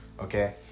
okay